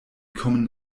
kommen